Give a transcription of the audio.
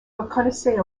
reconnaissez